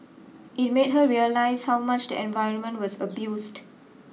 it made her realise how much the environment was abused